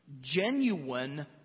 genuine